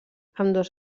ambdós